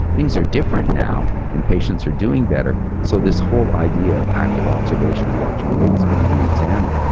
things are different now and patients are doing better. so this whole idea of active observation or watch and wait as being reexamined.